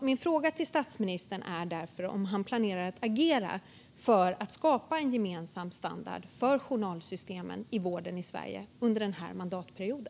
Min fråga till statsministern är därför om han planerar att agera för att skapa en gemensam standard för journalsystemen i vården i Sverige under den här mandatperioden.